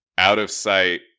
out-of-sight